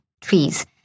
trees